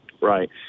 Right